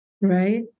Right